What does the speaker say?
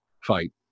fight